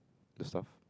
the stuff